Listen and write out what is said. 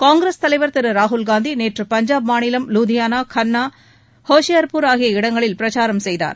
காங்கிரஸ் தலைவா் திரு ராகுல் காந்தி நேற்று பஞ்சாப் மாநிலம் லூதியானா கன்னா ஹோஷியாபூர் ஆகிய இடங்களில் பிரச்சாரம் செய்தார்